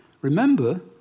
remember